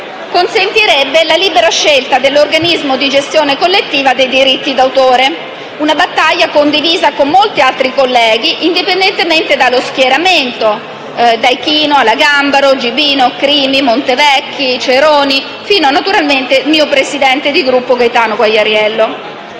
consentirebbe la libera scelta dell'organismo di gestione collettiva dei diritti d'autore; una battaglia, questa, condivisa con molti altri colleghi, indipendentemente dallo schieramento e vorrei citarne alcuni: Ichino, Gambaro, Montevecchi, Ceroni fino, naturalmente, al mio presidente di Gruppo, Gaetano Quagliariello.